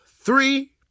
three